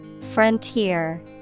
Frontier